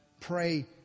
pray